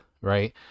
right